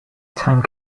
time